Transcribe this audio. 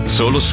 Solo